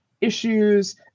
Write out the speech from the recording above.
issues